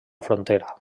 frontera